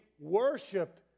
worship